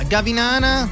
Gavinana